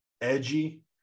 edgy